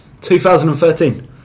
2013